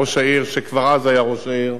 ראש העיר, שכבר אז היה ראש עיר,